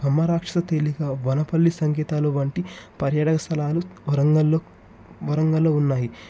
బ్రహ్మరక్ష తేలిక వనపల్లి సంగీతాలు వంటి పర్యట స్థలాలు వరంగల్లో వరంగల్లో ఉన్నాయి